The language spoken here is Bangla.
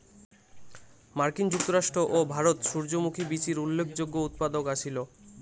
মার্কিন যুক্তরাষ্ট্র ও ভারত সূর্যমুখী বীচির উল্লেখযোগ্য উৎপাদক আছিল